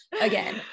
again